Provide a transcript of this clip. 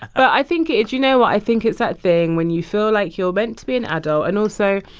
i think it's you know what? i think it's that thing when you feel like you're meant to be an adult. and also,